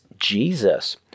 Jesus